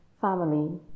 family